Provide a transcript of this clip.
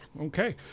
Okay